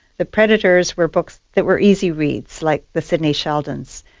the predators were books that were easy reads, like the sidney sheldons,